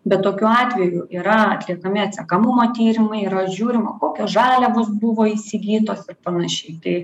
bet tokiu atveju yra atliekami atsekamumo tyrimai yra žiūrima kokios žaliavos buvo įsigytos panašiai tai